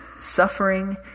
suffering